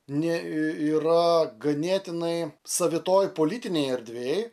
nė yra ganėtinai savitoj politinėj erdvėj